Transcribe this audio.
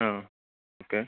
ಹಾಂ ಓಕೆ